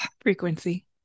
Frequency